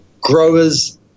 growers